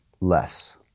less